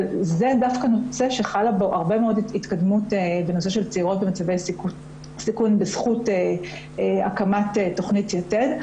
דווקא בנושא של צעירות במצבי סיכון חלה התקדמות רבה